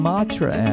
Matra